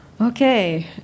okay